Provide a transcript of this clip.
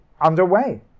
underway